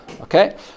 Okay